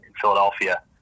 Philadelphia